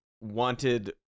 wanted